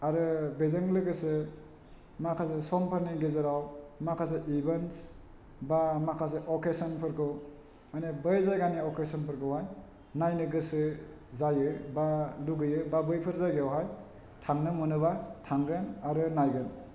आरो बेजों लोगोसे माखासे समफोरनि गेजेराव माखासे इभेन्स बा माखासे अकेसनफोरखौ माने बै जायगानि अकेसनफोरखौहाय नायनो गोसो जायो बा लुगैयो बा बैफोर जायगायावहाय थांनो मोनोबा थांगोन आरो नायगोन